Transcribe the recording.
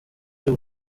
cyo